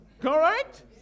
Correct